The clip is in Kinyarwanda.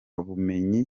bumenyi